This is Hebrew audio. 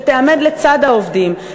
שתעמוד לצד העובדים,